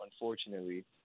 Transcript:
unfortunately